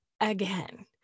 again